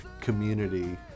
community